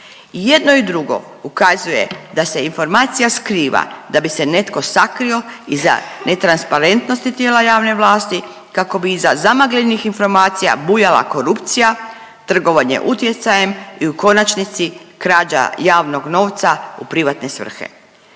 jedno i drugo ukazuje da se informacija skriva da bi se netko sakrio iza netransparentnosti tijela javne vlasti kako bi iza zamagljenih informacija bujala korupcija, trgovanje utjecajem i u konačnici krađa javnog novca u privatne svrhe.